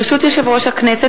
ברשות יושב-ראש הכנסת,